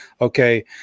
okay